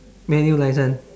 manual licence